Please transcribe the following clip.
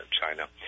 China